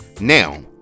Now